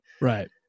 right